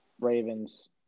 Ravens